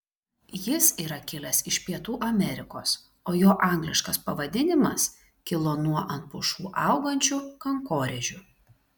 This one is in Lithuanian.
jis yra kilęs iš pietų amerikos o jo angliškas pavadinimas kilo nuo ant pušų augančių kankorėžių